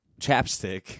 chapstick